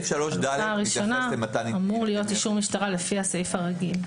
בחלופה הראשונה אמור להיות אישור משטרה לפי הסעיף הרגיל.